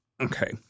Okay